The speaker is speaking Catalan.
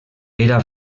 era